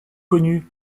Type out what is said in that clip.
connu